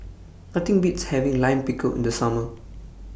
Nothing Beats having Lime Pickle in The Summer